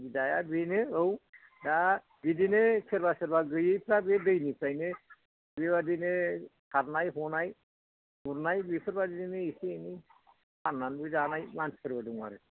सुबिदाया बेनो औ दा बिदिनो सोरबा सोरबा गोयैफ्रा बे दैनिफ्रायनो बेबादिनो सारनाय हनाय खुरनाय बेफोरबायदिनो एसे एनै फाननानैबो जानाय मानसिफोरबो दङ आरो